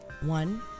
One